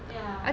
ya